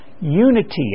unity